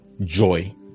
joy